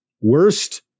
worst